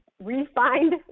refined